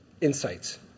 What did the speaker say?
insights